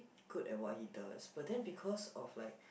good at what he does but then because of like